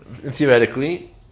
Theoretically